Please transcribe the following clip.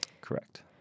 Correct